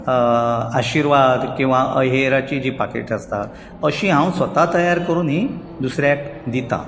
आशिर्वाद किंवा अहेराची जी पाकिटां आसता अशीं हांव स्वता तयार करून दुसऱ्याक दितां